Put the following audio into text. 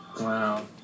Wow